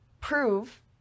prove